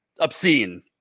obscene